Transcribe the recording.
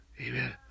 amen